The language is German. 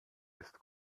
ist